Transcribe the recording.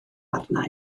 arna